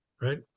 right